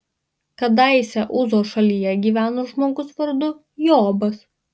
kadaise uzo šalyje gyveno žmogus vardu jobas